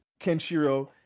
Kenshiro